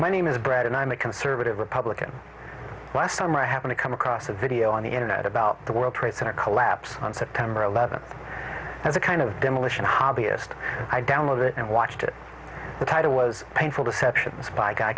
my name is brad and i'm a conservative republican last time i happen to come across a video on the internet about the world trade center collapse on september eleventh as a kind of demolition hobbyist i downloaded it and watched it the title was painful deceptions by a guy